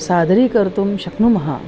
सादरीकर्तुं शक्नुमः